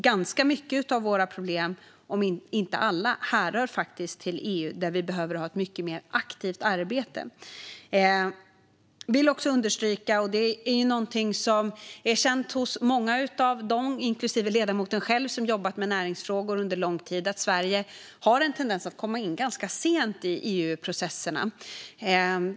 Ganska många av våra problem, om än inte alla, hänför sig faktiskt till EU, och vi behöver ha ett mycket mer aktivt arbete i detta. Jag vill också understryka någonting som är känt hos många av dem som liksom ledamoten själv har jobbat med näringsfrågor under lång tid, och det är att Sverige har en tendens att komma in ganska sent i EU-processerna.